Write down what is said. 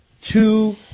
Two